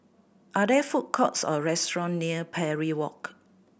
are there food courts or restaurant near Parry Walk